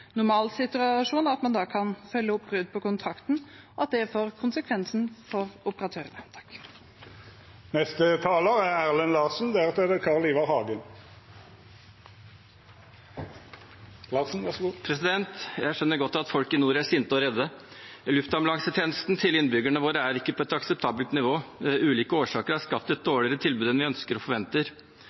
slik at man kan sørge for at når beredskapssituasjonen er kommet i en normal situasjon, kan man følge opp brudd på kontrakten, og at det får konsekvenser for operatøren. Jeg skjønner godt at folk i nord er sinte og redde. Luftambulansetjenesten til innbyggerne våre er ikke på et akseptabelt nivå. Ulike årsaker har skapt et dårligere tilbud enn vi ønsker og forventer.